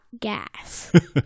gas